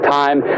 time